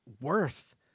worth